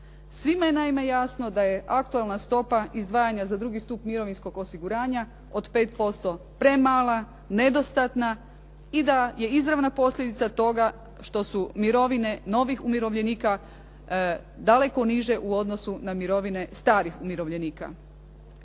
Svima je naime jasno da je aktualna stopa izdvajanja za 2. stup mirovinskog osiguranja od 5% premala, nedostatna i da je izravna posljedica toga što su mirovine novih umirovljenika daleko niže u odnosu na mirovine starih umirovljenika.